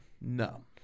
No